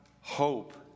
hope